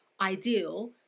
ideal